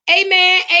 Amen